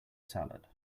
salad